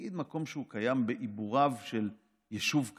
נגיד מקום שקיים בעיבוריו של יישוב קיים,